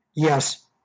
Yes